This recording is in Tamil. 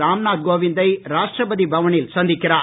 ராம்நாத் கோவிந்தை ராஷ்ட்ரபதி பவனில் சந்திக்கிறார்